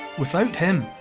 without him,